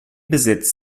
besitz